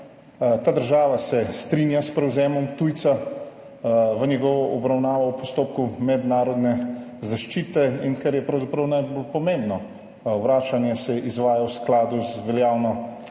Ta država se strinja s prevzemom tujca in njegovo obravnavo v postopku mednarodne zaščite, kar je pravzaprav najbolj pomembno, vračanje se izvaja v skladu z veljavno